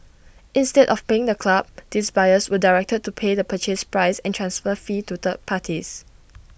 instead of paying the club these buyers were directed to pay the purchase price and transfer fee to third parties